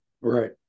Right